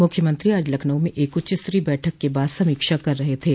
मुख्यमंत्री आज लखनऊ में एक उच्चस्तरीय बैठक के बाद समीक्षा कर रहे थे